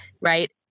right